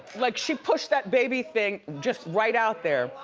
like she pushed that baby thing just right out there.